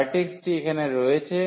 ভার্টেক্সটি এখানে রয়েছে